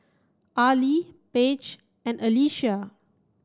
Arely Page and Alycia